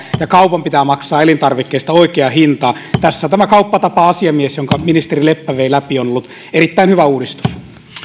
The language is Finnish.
ja kaupan pitää maksaa elintarvikkeista oikea hinta tässä tämä kauppatapa asiamies jonka ministeri leppä vei läpi on ollut erittäin hyvä uudistus